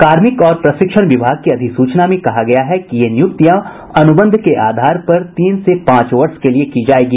कार्मिक और प्रशिक्षण विभाग की अधिसूचना में कहा गया है कि ये नियुक्तियां अनुबंध के आधार पर तीन से पांच वर्ष के लिए की जाएगी